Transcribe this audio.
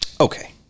okay